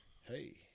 Hey